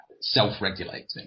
self-regulating